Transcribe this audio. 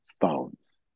phones